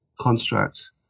construct